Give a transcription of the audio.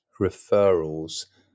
referrals